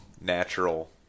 natural